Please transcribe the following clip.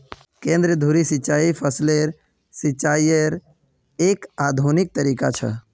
केंद्र धुरी सिंचाई फसलेर सिंचाईयेर एक आधुनिक तरीका छ